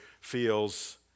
feels